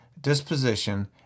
disposition